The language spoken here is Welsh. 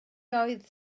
oedd